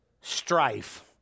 strife